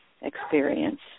experience